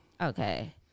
Okay